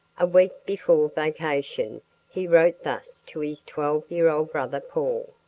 a week before vacation he wrote thus to his twelve year old brother, paul